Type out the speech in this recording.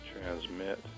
transmit